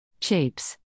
SHAPES